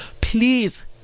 please